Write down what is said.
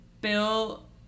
Bill